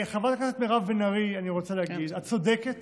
לחברת הכנסת מירב בן ארי אני רוצה להגיד: את צודקת